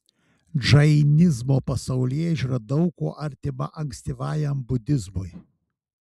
džainizmo pasaulėžiūra daug kuo artima ankstyvajam budizmui